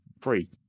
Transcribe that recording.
free